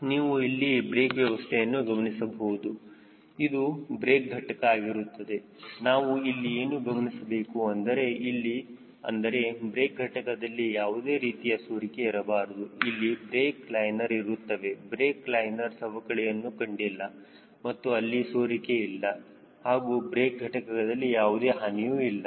ನೀವು ಇಲ್ಲಿ ಬ್ರೇಕ್ ವ್ಯವಸ್ಥೆಯನ್ನು ಗಮನಿಸಬಹುದು ಇದು ಬ್ರೇಕ್ ಘಟಕ ಆಗಿರುತ್ತದೆ ನಾವು ಇಲ್ಲಿ ಏನು ಗಮನಿಸಬೇಕು ಅಂದರೆ ಇಲ್ಲಿ ಅಂದರೆ ಬ್ರೇಕ್ ಘಟಕದಲ್ಲಿಯಾವುದೇ ರೀತಿಯ ಸೋರಿಕೆ ಇರಬಾರದು ಇಲ್ಲಿ ಬ್ರೇಕ್ ಲೈನರ್ ಇರುತ್ತವೆ ಬ್ರೇಕ್ ಲೈನರ್ ಸವಕಳಿಯನ್ನು ಕಂಡಿಲ್ಲ ಮತ್ತು ಅಲ್ಲಿ ಸೋರಿಕೆ ಇಲ್ಲ ಹಾಗೂ ಬ್ರೇಕ್ ಘಟಕದಲ್ಲಿ ಯಾವುದೇ ಹಾನಿಯೂ ಇಲ್ಲ